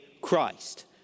Christ